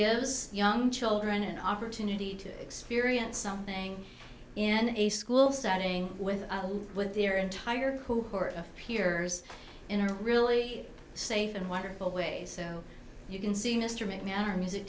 gives young children an opportunity to experience something in a school setting with with their entire cohort of peers in a really safe and wonderful ways so you can see mr mcmahon our music